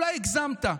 אולי הגזמת.